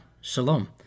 Shalom